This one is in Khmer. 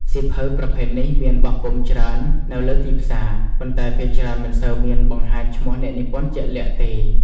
សៀវភៅប្រភេទនេះមានបោះពុម្ពច្រើននៅលើទីផ្សារ ប៉ុន្តែភាគច្រើនមិនសូវមានបង្ហាញឈ្មោះអ្នកនិពន្ធជាក់លាក់ទេ។